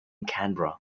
canberra